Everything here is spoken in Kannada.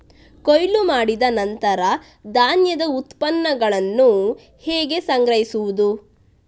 ಕೊಯ್ಲು ಮಾಡಿದ ನಂತರ ಧಾನ್ಯದ ಉತ್ಪನ್ನಗಳನ್ನು ಹೇಗೆ ಸಂಗ್ರಹಿಸುವುದು?